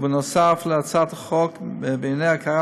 ובנוסף להצעת החוק בענייני הכרה